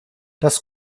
das